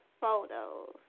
photos